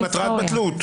היא מטרת בטלות.